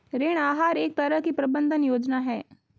ऋण आहार एक तरह की प्रबन्धन योजना है